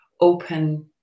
open